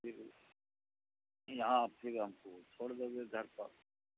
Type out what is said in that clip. پھر یہاں پھر ہم کو چھوڑ دو گے گھر پر